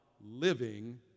living